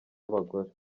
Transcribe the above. abagore